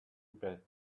bad